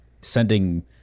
sending